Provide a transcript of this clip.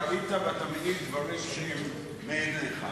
ראית ואתה מעיד דברים שראית בעיניך,